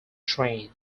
train